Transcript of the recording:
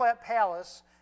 palace